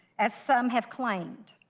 as some have claimed.